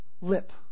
Lip